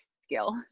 skill